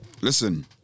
Listen